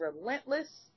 relentless